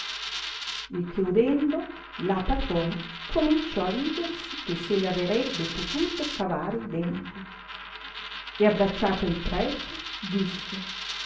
il che udendo la patrona cominciò a ridersi che se le averebbe potuto cavare i denti e abbracciato il prete disse